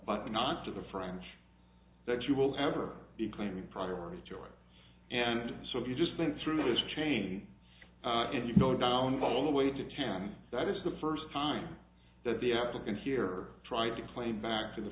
but not to the french that you will ever be claiming priority or and so if you just went through this chain and you go down all the way to town that is the first time that the applicant here tried to claim back to the